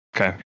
Okay